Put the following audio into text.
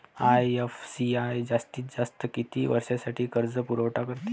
IFCI जास्तीत जास्त किती वर्षासाठी कर्जपुरवठा करते?